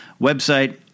website